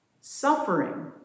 suffering